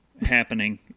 happening